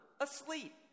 asleep